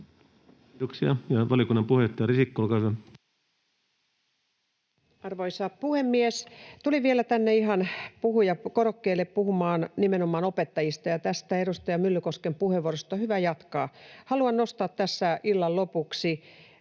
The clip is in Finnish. — Ja valiokunnan puheenjohtaja Risikko, olkaa hyvä. Arvoisa puhemies! Tulin vielä ihan tänne puhujakorokkeelle puhumaan nimenomaan opettajista, ja edustaja Myllykosken puheenvuorosta on hyvä jatkaa. Haluan nostaa tässä illan lopuksi